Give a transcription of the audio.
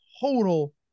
total